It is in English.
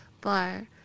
bar